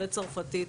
בצרפתית,